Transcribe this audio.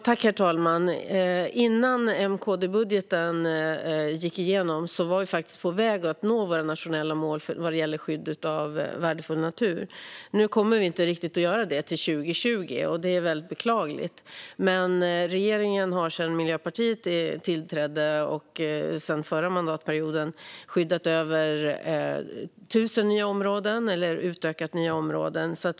Herr talman! Innan M-KD-budgeten gick igenom var vi faktiskt på väg att nå våra nationella mål vad gäller skydd av värdefull natur. Nu kommer vi inte riktigt att göra det till 2020, vilket är mycket beklagligt. Men sedan Miljöpartiet kom med i regeringen har över tusen områden, nya eller utökade, skyddats.